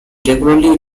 regularly